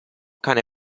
cane